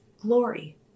glory